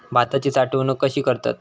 भाताची साठवूनक कशी करतत?